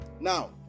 Now